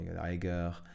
eiger